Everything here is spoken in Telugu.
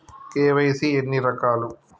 కే.వై.సీ ఎన్ని రకాలు?